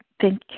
thank